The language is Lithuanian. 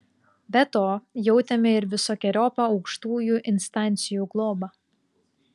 be to jautėme ir visokeriopą aukštųjų instancijų globą